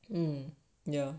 um yeah